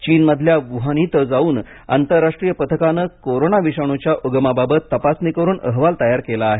चीनमधल्या वुहान इथं जाऊन आंतरराष्ट्रीय पथकान कोरोना विषाणूच्या उगमाबाबत तपासणी करून अहवाल तयार केला आहे